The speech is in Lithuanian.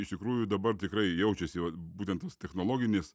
iš tikrųjų dabar tikrai jaučiasi vat būtent tos technologinės